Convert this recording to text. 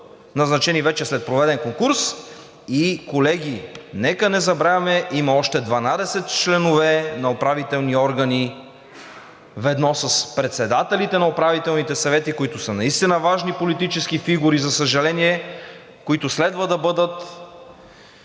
назначени след проведен конкурс. Колеги, нека не забравяме – има още 12 членове на управителни органи ведно с председателите на управителните съвети, които са наистина важни политически фигури, за съжаление, които следва да бъдат